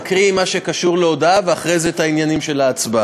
ולא היה צורך בהצבעה,